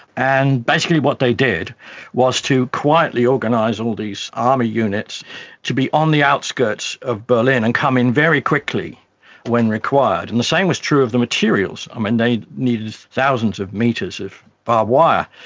and basically what they did was to quietly organise all these army units to be on the outskirts of berlin and come in very quickly when required. and the same was true of the materials. um and they needed thousands of metres of barbed wire.